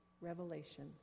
revelation